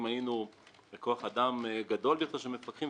אם היינו בכוח אדם גדול יותר של מפקחים,